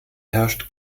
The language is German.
herrscht